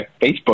Facebook